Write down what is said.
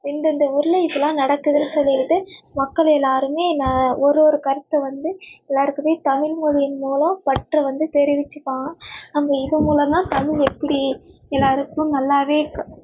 இந்தந்த ஊரில் இதெலாம் நடக்குதுனு சொல்லிக்கிட்டு மக்கள் எல்லாேருமே நா ஒரு ஒரு கருத்தை வந்து எல்லாேருக்குமே தமிழ் மொழியின் மூலம் பற்றை வந்து தெரிவிச்சுப்பாங்க அந்த இது மூலமாக தமிழ் எப்படி எல்லாேருக்கும் நல்லாவே